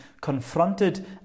confronted